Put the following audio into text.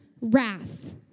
wrath